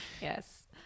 Yes